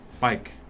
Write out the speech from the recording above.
Mike